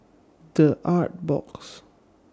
The Artbox